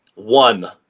One